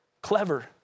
clever